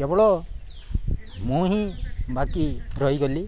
କେବଳ ମୁଁ ହିଁ ବାକି ରହିଗଲି